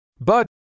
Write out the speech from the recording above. But